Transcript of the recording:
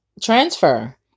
transfer